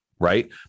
right